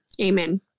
Amen